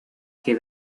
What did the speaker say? que